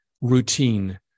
routine